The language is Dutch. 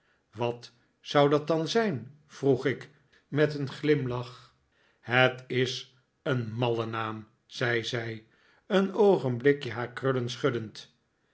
wat zou dat dan zijn vroeg ik met een glimlach het is een malle naam zei zij een oogenblik haar krullen schuddend